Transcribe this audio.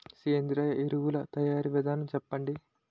సేంద్రీయ ఎరువుల తయారీ విధానం చెప్పండి?